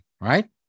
Right